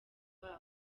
babwo